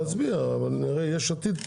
נצביע, אבל יש עתיד פה.